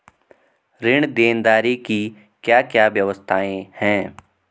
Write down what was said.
ऋण देनदारी की क्या क्या व्यवस्थाएँ हैं?